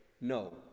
No